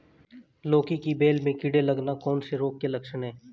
लौकी की बेल में कीड़े लगना कौन से रोग के लक्षण हैं?